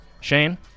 Shane